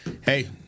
hey